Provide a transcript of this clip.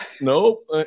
nope